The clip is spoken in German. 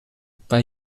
bei